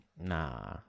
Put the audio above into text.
Nah